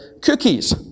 cookies